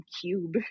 cube